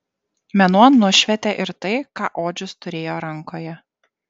mėnuo nušvietė ir tai ką odžius turėjo rankoje